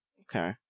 Okay